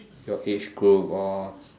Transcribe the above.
your age group all